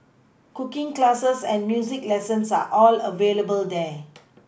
cooking classes and music lessons are all available there